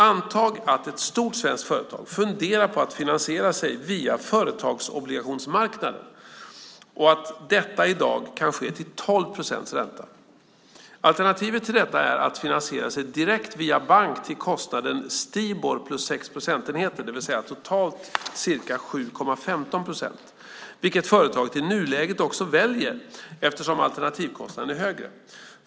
Antag att ett stort svenskt företag funderar på att finansiera sig via företagsobligationsmarknaden och att detta i dag kan ske till 12 procents ränta. Alternativet till detta är att finansiera sig direkt via bank till kostnaden Stibor plus 6 procentenheter, det vill säga totalt ca 7,15 procent, vilket företaget i nuläget också väljer eftersom alternativkostnaden är högre.